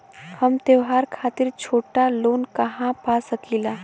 हम त्योहार खातिर छोटा लोन कहा पा सकिला?